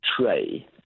tray